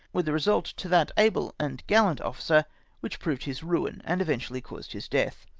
with a result to that able and gallant officer which proved his ruin, and eventually caused his death.